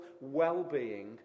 well-being